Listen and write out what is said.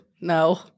No